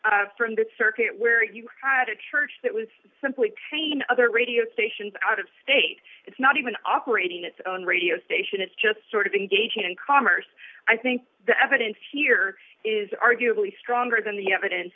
reyburn from that circuit where you had a church that was simply pain other radio stations out of state it's not even operating its own radio station it's just sort of engaging in commerce i think the evidence here is arguably stronger than the evidence